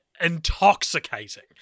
intoxicating